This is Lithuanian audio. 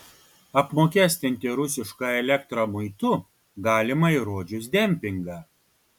apmokestinti rusišką elektrą muitu galima įrodžius dempingą